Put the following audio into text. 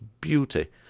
beauty